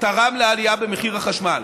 תרם לעלייה במחיר החשמל.